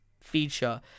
feature